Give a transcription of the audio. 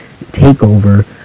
TakeOver